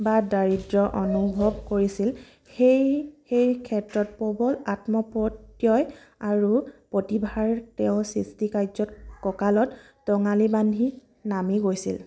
বা দায়িত্ব অনুভৱ কৰিছিল সেই সেই ক্ষেত্ৰত প্ৰবল আত্মপ্ৰত্যয় আৰু প্ৰতিভাৰ তেওঁ সৃষ্টিকাৰ্যত কঁকালত টঙালি বান্ধি নামি গৈছিল